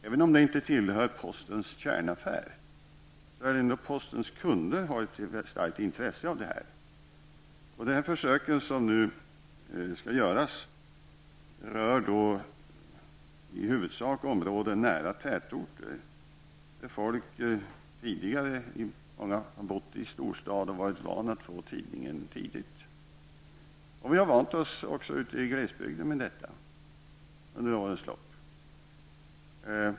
Även om det inte tillhör postens kärnaffär, har postens kunder ett starkt intresse av detta. Det försök som nu skall göras rör i huvudsak områden nära tätorter. Många av människorna här har tidigare bott i storstad och varit vana att få tidningen tidigt. Vi har också ute i glesbygden vant oss vid detta under årens lopp.